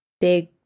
big